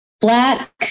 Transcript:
black